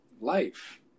life